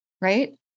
Right